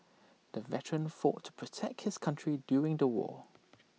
the veteran fought to protect his country during the war